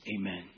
Amen